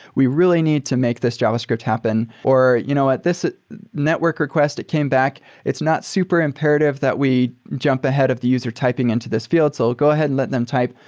we really need to make this javascript happen, or you know at this network request that came back, it's not super imperative that we jump ahead of the user typing into this field. so we'll go ahead and let them type.